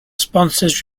sponsors